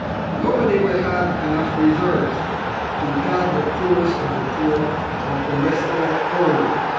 and nobody will have enough reserves to help the poorest of the poor or to restore order.